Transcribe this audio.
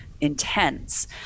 intense